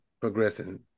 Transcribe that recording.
progressing